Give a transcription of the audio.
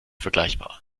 vergleichbar